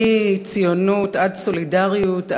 מציונות עד סולידריות,